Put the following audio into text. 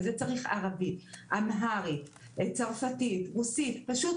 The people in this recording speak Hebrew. את זה צריך בערבית, אמהרית, צרפתית, רוסית - פשוט